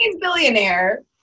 billionaire